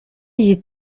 iyi